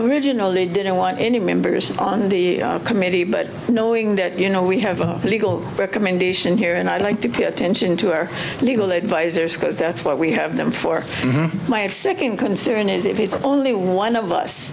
original they didn't want any members the committee but knowing that you know we have a legal recommendation here and i'd like to pay attention to our legal advisers because that's what we have them for my of second concern is if it's only one of us